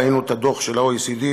ראינו את הדוח האחרון של ה-OECD,